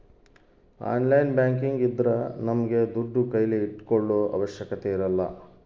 online banking ಇದ್ರ ನಮ್ಗೆ ದುಡ್ಡು ಕೈಲಿ ಇಟ್ಕೊಳೋ ಅವಶ್ಯಕತೆ ಇರಲ್ಲ